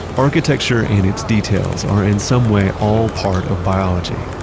architecture and its details are in some way all part of biology.